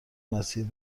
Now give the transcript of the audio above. مسیر